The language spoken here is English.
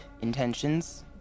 intentions